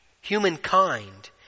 humankind